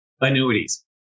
annuities